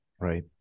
Right